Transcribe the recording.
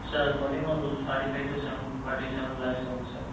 sir அது பார்த்தீங்கன்னா உங்களுக்கு forty five two seven forty seven lakhs வருங்க சார்